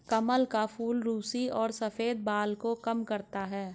कमल का फूल रुसी और सफ़ेद बाल को कम करता है